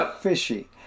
fishy